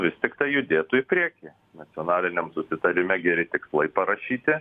vis tiktai judėtų į priekį nacionaliniam susitarime geri tikslai parašyti